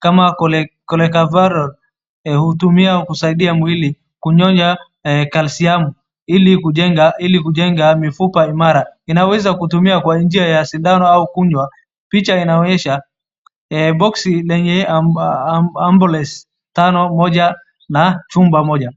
kama cholecavarol hutumia kusaidia mwili kunyonya kalshiamu ili kujenga mifupa imara. Inaweza kutumia kwa njia ya sindano au kunywa. Picha naonyesha boxi yenye ambulensi tano moja na chumba moja.